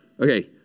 Okay